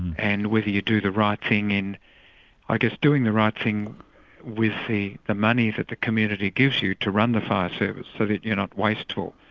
and whether you do the right thing in i guess doing the right thing with the the money that the community gives you to run the fire service, so that you're not wasteful,